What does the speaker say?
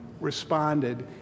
responded